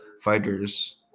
fighters